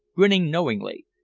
grinning knowingly.